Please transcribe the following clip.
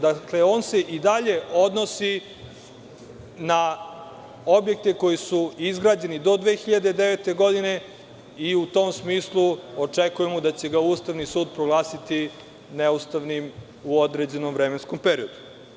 Dakle, on se i dalje odnosi na objekte koji su izgrađeni do 2009. godine i u tom smislu očekujemo da će ga Ustavni sud proglasiti neustavnim u određenom vremenskom periodu.